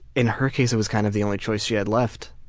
in her case it was kind of the only choice she had left.